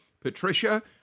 Patricia